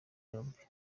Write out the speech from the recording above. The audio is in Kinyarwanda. yombi